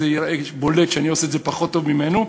ייראה בולט שאני עושה את זה פחות טוב ממנו.